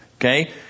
okay